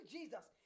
Jesus